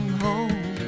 home